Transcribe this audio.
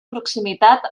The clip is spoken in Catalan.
proximitat